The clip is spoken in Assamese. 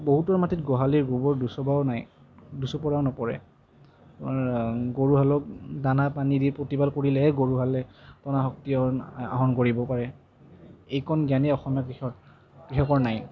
বহুতৰ মাটিত গোহালিৰ গোবৰ দুচপৰাও নাই দুচপৰাও নপৰে আপোনাৰ গৰু হালক দানা পানী দি প্ৰতিপাল কৰিলেহে গৰুহালে পুৰণা শক্তি আহৰণ কৰিব পাৰে এইকণ জ্ঞানেই অসমীয়া কৃ কৃষকৰ নাই